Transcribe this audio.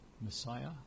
Messiah